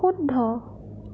শুদ্ধ